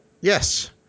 Yes